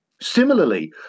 Similarly